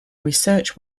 research